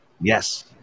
Yes